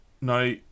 now